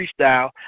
freestyle